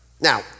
Now